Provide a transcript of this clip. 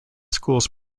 schools